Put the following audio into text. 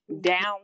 down